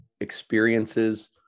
experiences